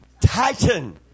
Titan